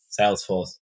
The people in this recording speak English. Salesforce